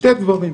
שני דברים.